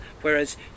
whereas